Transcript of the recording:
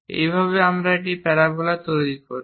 এইভাবে আমরা একটি প্যারাবোলা তৈরি করি